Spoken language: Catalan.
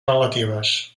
relatives